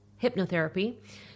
hypnotherapy